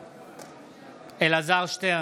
בעד אלעזר שטרן,